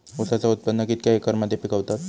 ऊसाचा उत्पादन कितक्या एकर मध्ये पिकवतत?